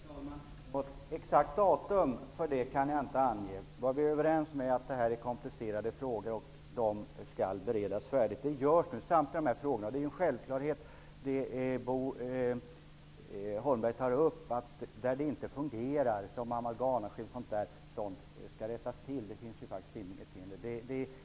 Herr talman! Något exakt datum för detta kan jag inte ange. Vi är överens om att detta är komplicerade frågor och att de skall färdigberedas. Så sker nu också med samtliga frågor. Det är en självklarhet att sådant som inte fungerar, t.ex. när det gäller amalgamurskiljarna, skall rättas till. Det finns inga hinder för det.